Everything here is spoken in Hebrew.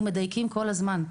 ואנחנו מדייקים כל הזמן.